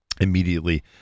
immediately